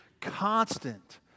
constant